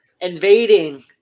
invading